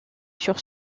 sur